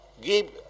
give